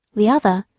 the other,